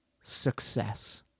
success